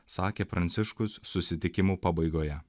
sakė pranciškus susitikimo pabaigoje